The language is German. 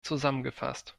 zusammengefasst